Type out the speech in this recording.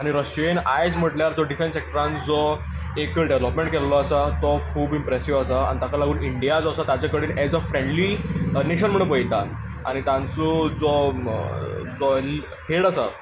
आनी रशियेन आयज म्हटल्यार जो डिफेन्स सेक्टरांत जो एक डेव्हलपमेंट केल्लो आसा तो खूब इंप्रेसीव्ह आसा आनी ताका लागून इंडिया जो आसा ताचे कडेन एज अ फ्रेंडली नेशन म्हणून पळयता आनी तांचो जो जो हेड आसा